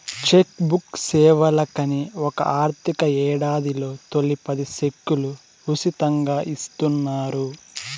check book సేవలకని ఒక ఆర్థిక యేడాదిలో తొలి పది సెక్కులు ఉసితంగా ఇస్తున్నారు